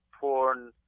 porn